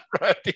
right